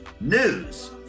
news